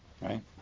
right